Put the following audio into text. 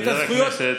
חבר הכנסת.